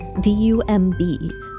D-U-M-B